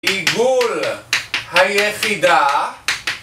עיגול היחידה